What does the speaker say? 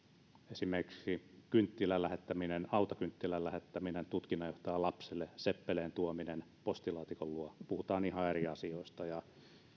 esimerkiksi hautakynttilän lähettäminen hautakynttilän lähettäminen tutkinnanjohtajan lapselle seppeleen tuominen postilaatikon luo puhutaan ihan eri asioista ja